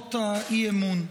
הצעות האי-אמון.